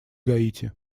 гаити